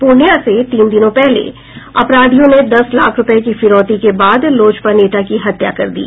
पूर्णिया से तीन दिनों पहले अपराधियों ने दस लाख रूपये की फिरौती के बाद लोजपा नेता की हत्या कर दी